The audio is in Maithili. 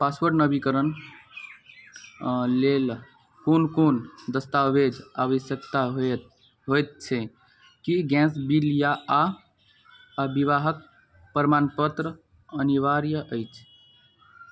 पासपोर्टके नवीनीकरण लेल कोन कोन दस्तावेज आवश्यकता होइत छै की गैस बिल आआर विवाहक प्रमाणपत्र अनिवार्य अछि